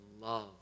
love